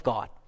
God